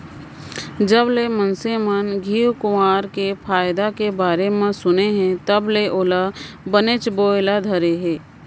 जबले मनसे मन घींव कुंवार के फायदा के बारे म सुने हें तब ले ओला बनेच बोए ल धरे हें